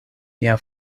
mia